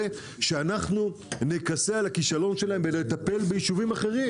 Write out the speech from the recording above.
שאנחנו נכסה על הכישלון שלהם בלטפל ביישובים אחרים,